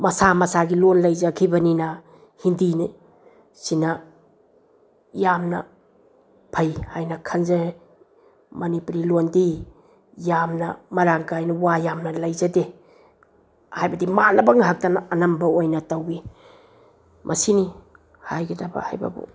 ꯃꯁꯥ ꯃꯁꯥꯒꯤ ꯂꯣꯟ ꯂꯩꯖꯈꯤꯕꯅꯤꯅ ꯍꯤꯟꯗꯤꯅ ꯁꯤꯅ ꯌꯥꯝꯅ ꯐꯩ ꯍꯥꯏꯅ ꯈꯟꯖꯩ ꯃꯅꯤꯄꯨꯔꯤ ꯂꯣꯟꯗꯤ ꯌꯥꯝꯅ ꯃꯔꯥꯡ ꯀꯥꯏꯅ ꯋꯥ ꯌꯥꯝꯅ ꯂꯩꯖꯗꯦ ꯍꯥꯏꯕꯗꯤ ꯃꯥꯟꯅꯕ ꯉꯥꯛꯇꯅ ꯑꯅꯝꯕ ꯑꯣꯏꯅ ꯇꯧꯏ ꯃꯁꯤꯅꯤ ꯍꯥꯏꯒꯗꯕ ꯍꯥꯏꯕꯕꯨ